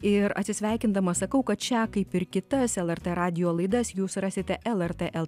ir atsisveikindama sakau kad šią kaip ir kitas lrt radijo laidas jūs rasite lrt l